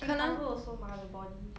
can cover also mah the body